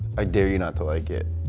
i dare you not to like it.